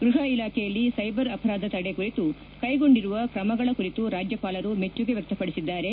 ಗೃಹ ಇಲಾಖೆಯಲ್ಲಿ ಸೈಬರ್ ಅಪರಾಧ ತಡೆ ಕುರಿತು ಕೈ ಗೊಂಡಿರುವ ಕ್ರಮಗಳ ಕುರಿತು ರಾಜ್ಯಪಾಲರು ಮೆಚ್ಚುಗೆ ವ್ಯಕ್ತಪಡಿಸಿದ್ದಾರೆ